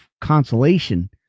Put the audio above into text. consolation